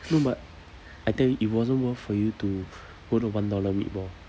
no but I tell you it wasn't worth for you to order one dollar meatball